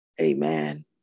amen